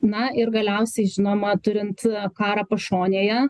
na ir galiausiai žinoma turint karą pašonėje